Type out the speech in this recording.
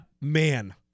man